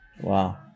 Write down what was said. Wow